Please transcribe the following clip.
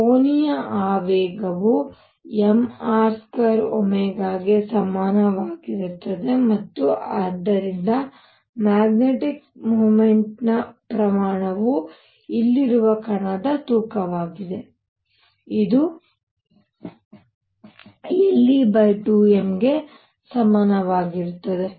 ಕೋನೀಯ ಆವೇಗವು mR2 ಗೆ ಸಮಾನವಾಗಿರುತ್ತದೆ ಮತ್ತು ಆದ್ದರಿಂದ ಮ್ಯಾಗ್ನೆಟಿಕ್ ಮೊಮೆಂಟ್ ನ ಪ್ರಮಾಣವು ಇಲ್ಲಿರುವ ಕಣದ ತೂಕವಾಗಿದೆ ಇದು le2m ಗೆ ಸಮಾನವಾಗಿರುತ್ತದೆ